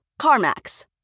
CarMax